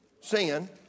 sin